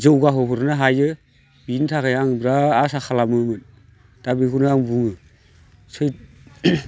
जोगाहोहरनो हायो बेनिथाखाय आं बिराद आसा खालामोमोन दा बेखौनो आं बुङो